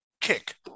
kick